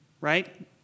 right